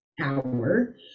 hour